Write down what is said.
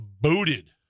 booted